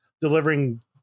delivering